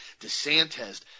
DeSantis